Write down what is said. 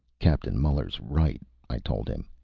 captain muller's right, i told him.